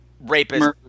rapist